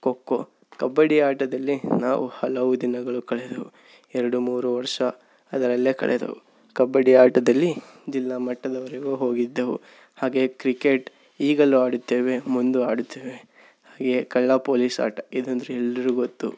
ಖೊ ಖೊ ಕಬಡ್ಡಿ ಆಟದಲ್ಲಿ ನಾವು ಹಲವು ದಿನಗಳು ಕಳೆದೆವು ಎರಡು ಮೂರು ವರ್ಷ ಅದರಲ್ಲೇ ಕಳೆದೆವು ಕಬಡ್ಡಿ ಆಟದಲ್ಲಿ ಜಿಲ್ಲಾ ಮಟ್ಟದವರೆಗೂ ಹೋಗಿದ್ದೆವು ಹಾಗೆಯೇ ಕ್ರಿಕೆಟ್ ಈಗಲೂ ಆಡುತ್ತೇವೆ ಮುಂದೂ ಆಡುತ್ತೇವೆ ಹಾಗೇ ಕಳ್ಳ ಪೊಲೀಸ್ ಆಟ ಇದೆಂದರೆ ಎಲ್ರಿಗೊತ್ತು